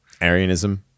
Aryanism